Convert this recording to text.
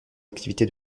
activité